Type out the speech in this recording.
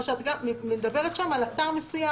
או שאת מדברת שם על אתר מסוים,